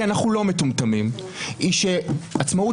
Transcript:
כי אנחנו מגיעים לפה היום כשיש הצעה על